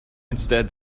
instead